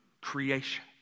creation